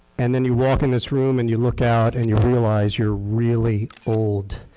and then you walk in this room and you look out and you realize you're really old,